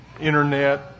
Internet